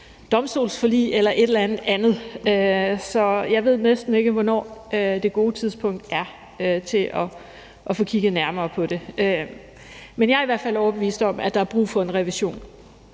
domstolsforlig eller et eller andet andet, så jeg ved næsten ikke, hvornår det gode tidspunkt til at få kigget nærmere på det er. Men jeg i hvert fald overbevist om, at der er brug for en revision,